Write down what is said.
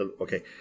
okay